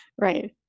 Right